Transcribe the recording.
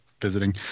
visiting